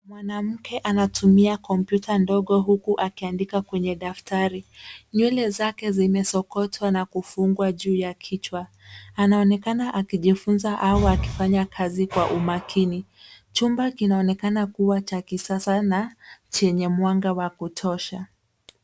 Mwanamke anatumia kompyuta ndogo huku akiandika kwanye daftari. Nywele zake zimesokotwa na kufungwa juu ya kichwa. Anaonekana akijifunza au akifanya kazi kwa umakini. Chumba kinaonekana kuwa cha kisasa na chenye mwanga wa kutosha.